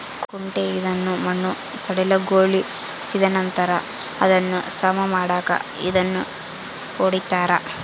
ಕುಂಟೆ ಇದನ್ನು ಮಣ್ಣು ಸಡಿಲಗೊಳಿಸಿದನಂತರ ಅದನ್ನು ಸಮ ಮಾಡಾಕ ಇದನ್ನು ಹೊಡಿತಾರ